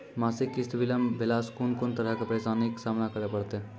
मासिक किस्त बिलम्ब भेलासॅ कून कून तरहक परेशानीक सामना करे परतै?